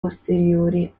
posteriori